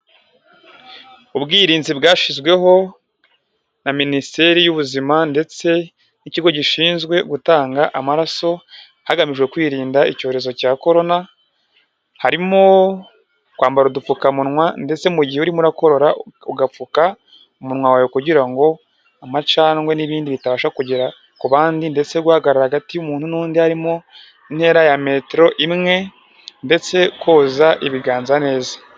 Ubwirinzi bwashyizweho na minisiteri y'ubuzima, ndetse n'ikigo gishinzwe gutanga amaraso hagamijwe kwirinda icyorezo cya korona harimo kwambara udupfukamunwa, ndetse mugihe urimo urakorora ugapfuka umunwa wawe kugira ngo amacandwe n'ibindi bitabasha kugera ku bandi, ndetse guhagarara hagati y'umuntu nundi harimo intera ya metero imwe, ndetse koza ibiganza neza.